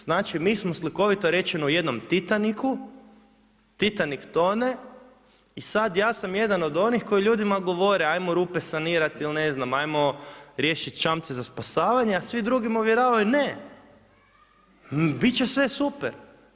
Znači, mi smo slikovito rečeno u jednom Titaniku, Titanik tone i sad ja sam jedan od onih koji ljudima govore, ajmo rupe sanirati, ajmo riješiti čamce za spašavanje a svi drugi me uvjeravaju ne, biti će sve super.